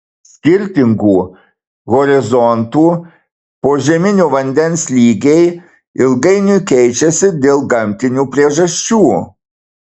skirtingų horizontų požeminio vandens lygiai ilgainiui keičiasi dėl gamtinių priežasčių